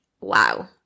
wow